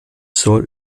soll